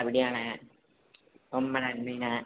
அப்படியாணே ரொம்ப நன்றிணே